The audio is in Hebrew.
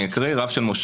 אני אקריא: רב של מושב,